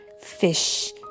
fish